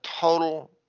total